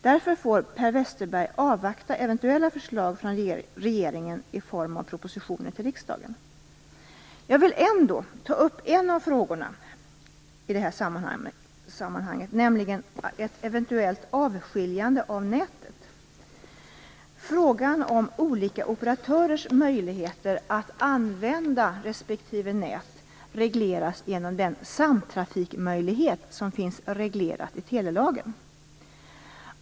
Därför får Per Westerberg avvakta eventuella förslag från regeringen i form av propositioner till riksdagen. Jag vill ändå ta upp en av frågorna i detta sammanhang, nämligen ett eventuellt avskiljande av nätet. Frågan om olika operatörers möjligheter att använda respektive nät regleras genom den samtrafikmöjlighet som finns reglerad i telelagen.